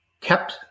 kept